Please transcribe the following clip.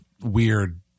weird